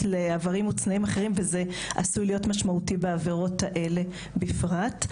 לאיברים מוצנעים אחרים וזה עשוי להיות משמעותי בעבירות האלה בפרט.